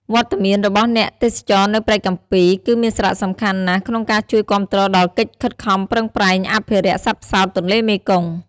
វត្តមានរបស់អ្នកទេសចរនៅព្រែកកាំពី គឺមានសារៈសំខាន់ណាស់ក្នុងការជួយគាំទ្រដល់កិច្ចខិតខំប្រឹងប្រែងអភិរក្សសត្វផ្សោតទន្លេមេគង្គ ។